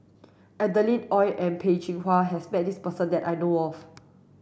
Adeline Ooi and Peh Chin Hua has met this person that I know of